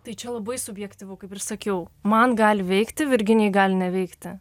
tai čia labai subjektyvu kaip ir sakiau man gali veikti virginijai gali neveikti